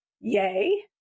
yay